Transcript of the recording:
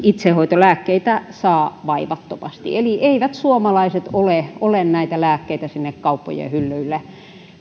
itsehoitolääkkeitä saa vaivattomasti eli eivät suomalaiset ole ole lääkkeitä sinne kauppojen hyllyille